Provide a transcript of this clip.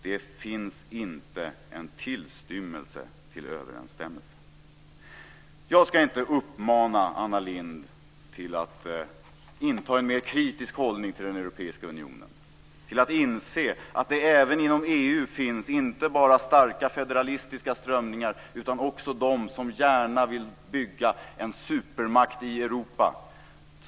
Det finns inte en tillstymmelse till överensstämmelse. Jag ska inte uppmana Anna Lindh att inta en mer kritisk hållning till den europeiska unionen och att inse det även inom EU finns inte bara starka federalistiska strömningar utan också de som gärna vill bygga en supermakt i Europa.